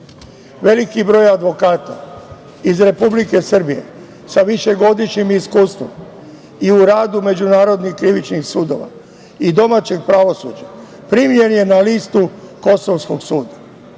broj advokata iz Republike Srbije sa višegodišnjim iskustvom i u radu međunarodnih krivičnih sudova i domaćeg pravosuđa primljen je na listu kosovskog suda. Uz